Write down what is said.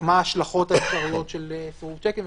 מה ההשלכות האפשריות של סירוב שיקים וכו'.